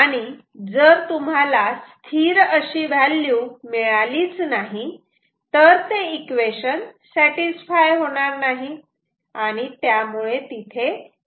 आणि जर तुम्हाला स्थिर अशी व्हॅल्यू मिळालीच नाही तर हे इक्वेशन सॅटिस्फाय होणार नाही आणि त्यामुळे तिथे एरर येईल